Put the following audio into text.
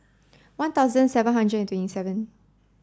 one thousand seven hundred twenty seven